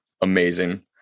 amazing